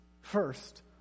First